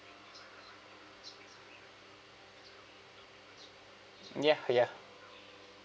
ya ya